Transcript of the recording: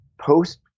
post